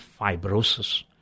fibrosis